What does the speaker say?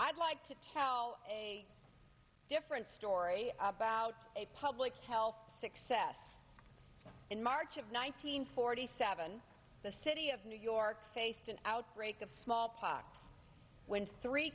i'd like to tell a different story about a public health success in march of one nine hundred forty seven the city of new york faced an outbreak of smallpox when three